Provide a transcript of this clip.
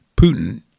Putin